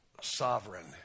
sovereign